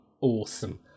awesome